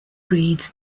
breeds